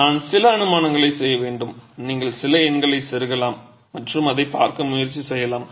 நான் சில அனுமானங்களைச் செய்ய வேண்டும் நீங்கள் சில எண்களைச் செருகலாம் மற்றும் அதைப் பார்க்க முயற்சி செய்யலாம்